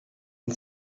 and